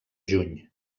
juny